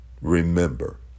Remember